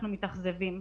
אנחנו מתאכזבים.